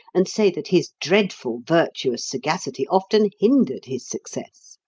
and say that his dreadful virtuous sagacity often hindered his success.